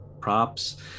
props